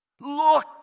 look